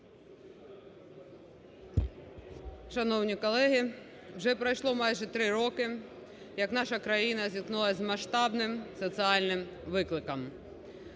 Шановні колеги, вже пройшло майже три роки, як наша країна зіткнулася з масштабним соціальним викликом.